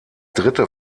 dritte